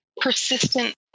persistent